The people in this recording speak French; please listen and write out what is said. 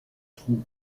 trou